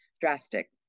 drastic